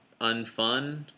unfun